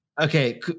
Okay